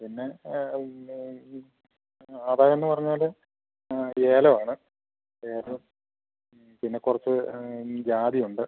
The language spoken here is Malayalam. പിന്നെ പിന്നെ ഇത് ആദായമെന്ന് പറഞ്ഞാൽ ഏലവാണ് ഏലം പിന്നെ കുറച്ച് ജാതിയുണ്ട്